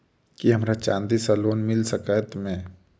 की हमरा चांदी सअ लोन मिल सकैत मे?